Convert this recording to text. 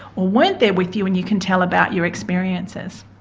weren't there with you and you can tell about your experiences.